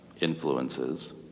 influences